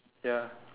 ya